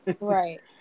Right